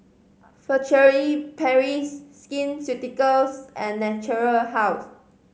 Furtere Paris Skin Ceuticals and Natura House